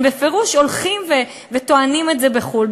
הם בפירוש הולכים וטוענים את זה בחו"ל.